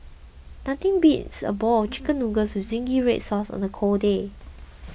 nothing beats a bowl of Chicken Noodles with Zingy Red Sauce on a cold day